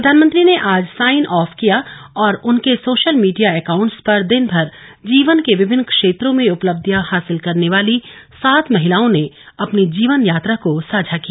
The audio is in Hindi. प्रधानमंत्री ने आज साइन ऑफ किया और उनके सोशल मीडिया एकाउंट्स पर दिन भर जीवन के विभिन्न क्षेत्रों में उपलब्धियां हासिल करने वाली सात महिलाओं ने अपनी जीवन यात्रा को साझा किया